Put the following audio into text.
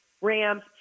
Rams